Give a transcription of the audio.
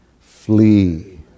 Flee